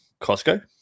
Costco